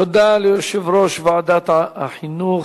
תודה ליושב-ראש ועדת החינוך,